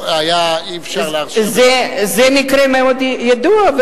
אי-אפשר להרשיע, זה מקרה מאוד ידוע.